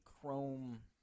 chrome